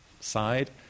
side